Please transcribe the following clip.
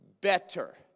better